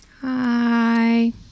Hi